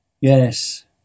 Yes